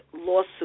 Lawsuit